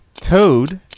Toad